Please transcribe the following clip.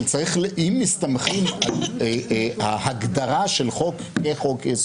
אבל אם מסתמכים ההגדרה של חוק כחוק-יסוד,